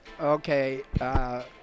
Okay